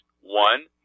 one